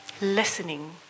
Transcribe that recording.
listening